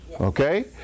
Okay